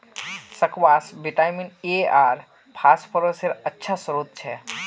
squash vitamin A आर फस्फोरसेर अच्छा श्रोत छ